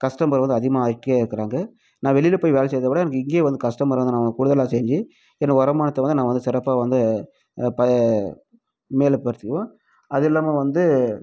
customer வந்து அதிகமாக ஆகிட்டே இருக்குறாங்கள் நான் வெளியில போய் வேலை செய்கிறத விட எனக்கு இங்கேயே வந்து கஸ்டமர் வந்து நான் கூடுதலாக செஞ்சு என் வருமானத்தை வந்து நான் வந்து சிறப்பாக வந்து பழைய மேல் படுத்துக்குவேன் அது இல்லாமல் வந்து